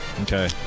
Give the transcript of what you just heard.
Okay